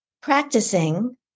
practicing